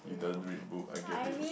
you don't read book I get it